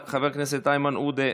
חבר הכנסת איימן עודה,